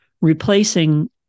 replacing